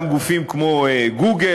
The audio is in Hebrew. גם גופים כמו "גוגל",